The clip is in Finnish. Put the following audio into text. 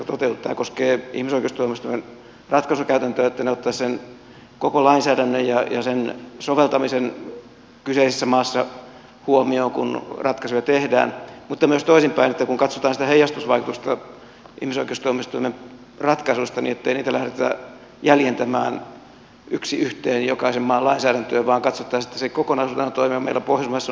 tämä koskee ihmisoikeustuomioistuimen ratkaisukäytäntöä että se ottaisi sen koko lainsäädännön ja sen soveltamisen kyseisessä maassa huomioon kun ratkaisuja tehdään mutta myös toisin päin että kun katsotaan sitä heijastusvaikutusta ihmisoikeustuomioistuimen ratkaisuista niin ettei niitä lähdetä jäljentämään yksi yhteen jokaisen maan lainsäädäntöön vaan katsottaisiin että se kokonaisuutena toimii